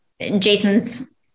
Jason's